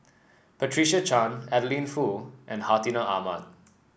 Patricia Chan Adeline Foo and Hartinah Ahmad